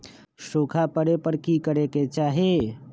सूखा पड़े पर की करे के चाहि